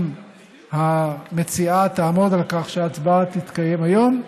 אם המציעה תעמוד על כך שההצבעה תתקיים היום,